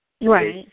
Right